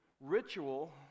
ritual